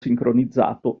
sincronizzato